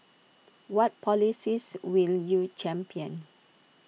what policies will you champion